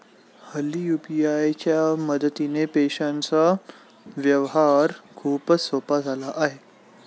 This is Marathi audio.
हल्ली यू.पी.आय च्या मदतीने पैशांचा व्यवहार खूपच सोपा झाला आहे